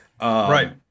right